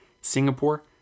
Singapore